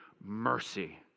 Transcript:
mercy